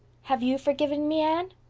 have you forgiven me, anne?